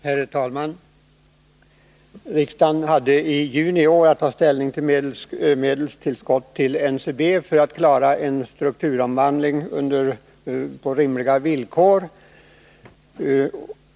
Herr talman! Riksdagen hade i juni i år att ta ställning till medelstillskott till NCB, som var nödvändigt för att företaget skulle kunna klara en strukturomvandling på rimliga villkor.